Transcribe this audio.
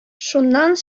шуннан